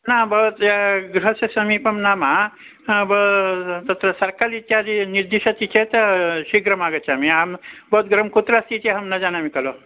न भवत्याः गृहस्य समीपं नाम बा तत्र सर्कल् इत्यादि निर्दिशति चेत् शीघ्रम् आगच्छामि अहं भवत्याः गृहं कुत्र अस्ति इति अहं न जानामि खलु